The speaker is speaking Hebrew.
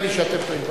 נדמה לי שאתם טועים.